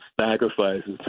sacrifices